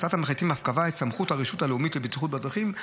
הצעת המחליטים אף קבעה את סמכות הרשות הלאומית לבטיחות בדרכים.